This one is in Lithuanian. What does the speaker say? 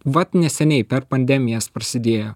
vat neseniai per pandemijas prasidėjo